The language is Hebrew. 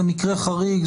זה מקרה חריג,